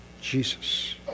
Jesus